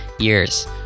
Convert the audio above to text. years